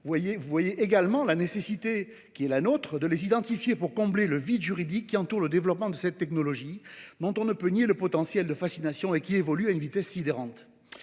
Vous constatez également la nécessité qui est la nôtre de les identifier pour combler le vide juridique entourant le développement de cette technologie, dont on ne peut nier le potentiel de fascination et qui évolue à une vitesse sidérante.